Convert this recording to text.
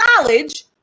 knowledge